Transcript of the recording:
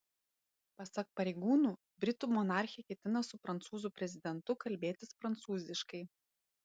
pasak pareigūnų britų monarchė ketina su prancūzų prezidentu kalbėtis prancūziškai